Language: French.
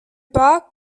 pas